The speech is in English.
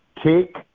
take